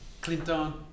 Clinton